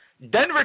Denver